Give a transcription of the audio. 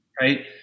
Right